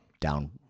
down